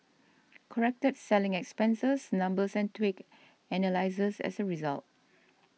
corrected selling expenses numbers and tweaked analyses as a result